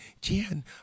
Jan